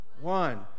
One